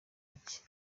iki